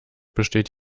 besteht